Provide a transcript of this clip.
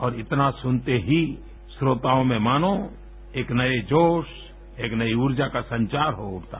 और इतना सुनते ही श्रोताओं में मानो एक नए जोश एक नई ऊर्जा का संचार हो उठता